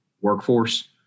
workforce